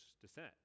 descent